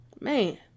Man